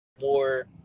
more